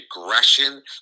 aggression